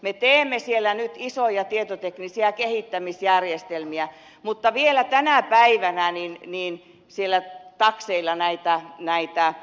me teemme siellä nyt isoja tietoteknisiä kehittämisjärjestelmiä mutta vielä tänä päivänä niin niin sillä pak sillä näitä näitä